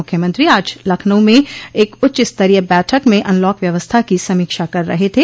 मुख्यमंत्री आज लखनऊ में एक उच्चस्तरीय बैठक में अनलॉक व्यवस्था की समीक्षा कर रहे थे